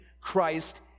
Christ